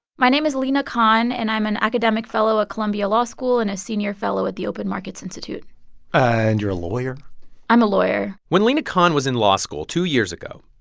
my name is lina khan, and i'm an academic fellow at columbia law school and a senior fellow at the open markets institute and you're a lawyer i'm a lawyer when lina khan was in law school two years ago,